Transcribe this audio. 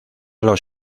los